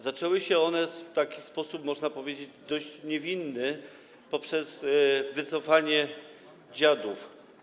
Zaczęły się one w sposób, można powiedzieć, dość niewinny, poprzez wycofanie „Dziadów”